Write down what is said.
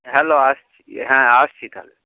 hello আসছি হ্যাঁ আসছি তাহলে